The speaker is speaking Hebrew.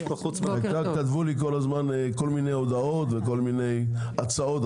העיקר כתבו לי כל הזמן כל מיני הודעות וכל מיני הצעות.